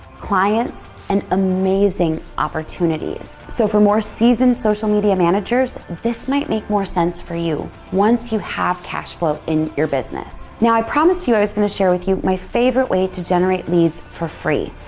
clients, and amazing opportunities. so for more seasoned social media managers, this might make more sense for you once you have cash flow in your business. now, i promised you i was gonna share with you my favorite way to generate leads for free.